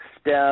step